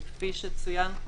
כפי שצוין פה,